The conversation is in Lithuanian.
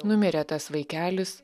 numirė tas vaikelis